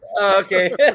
okay